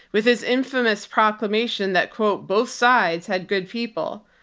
with his infamous proclamation that, quote, both sides had good people.